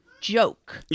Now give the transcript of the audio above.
joke